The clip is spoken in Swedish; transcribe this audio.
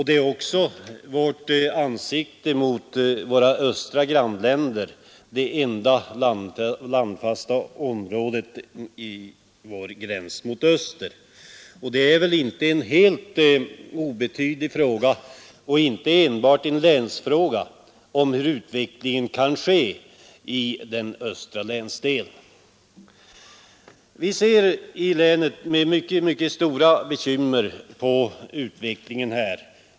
De är också vårt ansikte mot våra östra grannländer — det enda landfasta området vid gränsen mot öster. Frågan om utvecklingen i den östra länsdelen av Norrbotten är därför inte obetydlig och inte enbart en länsfråga. Vi är i länet mycket bekymrade över utvecklingen.